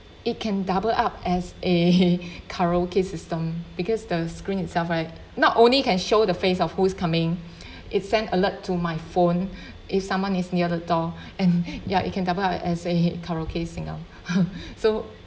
it can double up as a karaoke system because the screen itself right not only can show the face of who's coming it send alert to my phone if someone is near the door and ya it can double up as a karaoke singer so